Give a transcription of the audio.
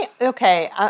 Okay